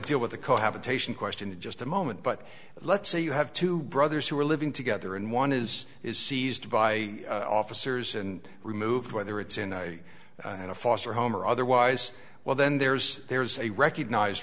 deal with the cohabitation question in just a moment but let's say you have two brothers who are living together and one is is seized by officers and removed whether it's in ny and a foster home or otherwise well then there's there's a recognized